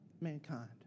mankind